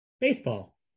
baseball